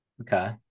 Okay